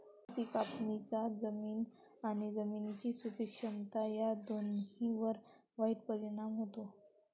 अति कापणीचा जमीन आणि जमिनीची सुपीक क्षमता या दोन्हींवर वाईट परिणाम होतो